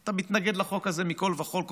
אתה מתנגד לחוק הזה מכל וכול,